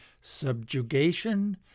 subjugation